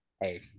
Hey